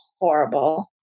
horrible